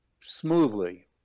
smoothly